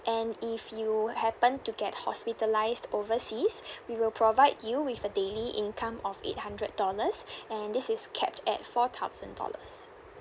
and if you happened to get hospitalised overseas we will provide you with a daily income of eight hundred dollars and this capped at four thousand dollars